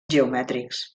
geomètrics